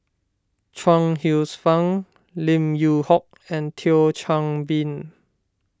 Chuang Hsueh Fang Lim Yew Hock and Thio Chan Bee